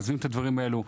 עוזבים את הדברים האלו.